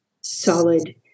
solid